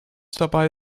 dabei